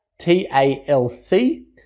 t-a-l-c